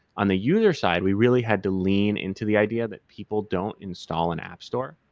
on the user side, we really had to lean into the idea that people don't install an app store.